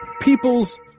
People's